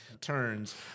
turns